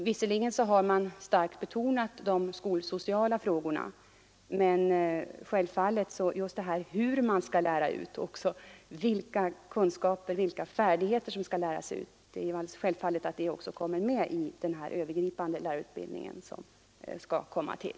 Visserligen har man starkt betonat de skolsociala frågorna, men självfallet kommer också sådana frågor som hur man skall lära ut och vilka kunskaper och färdigheter som skall läras ut att tas med i den övergripande översynen av lärarutbildningen som planeras